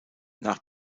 nach